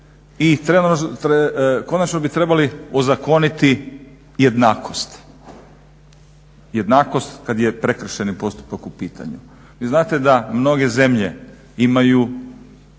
i konačno bi trebali ozakoniti jednakost, jednakost kad je prekršajni postupak u pitanju. Vi znate da mnoge zemlje imaju